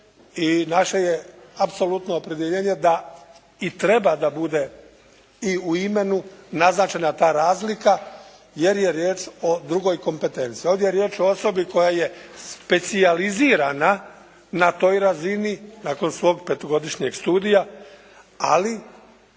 i naše je apsolutno opredjeljenje da i treba da bude i u imenu naznačena ta razlika jer je riječ o drugoj kompetenciji. Ovdje je riječ o osobi koja je specijalizirana na toj razini nakon svog petogodišnjeg studija, ali